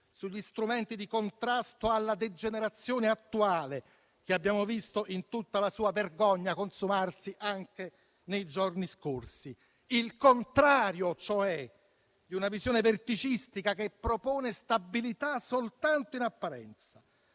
sugli strumenti di contrasto alla degenerazione attuale, che abbiamo visto in tutta la sua vergogna consumarsi anche nei giorni scorsi: il contrario, cioè, di una visione verticistica che propone stabilità soltanto in apparenza.